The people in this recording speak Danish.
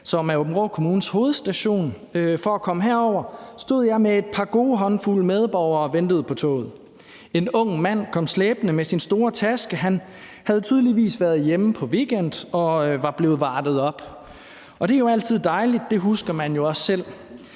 som er Aabenraa Kommunes hovedstation, for at komme herover, stod jeg sammen med et par håndfulde gode medborgere og ventede på toget. En ung mand kom slæbende med sin store taske – han havde tydeligvis været hjemme på weekend og var blevet vartet op, og det er jo altid dejligt, det husker man jo også selv